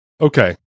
Okay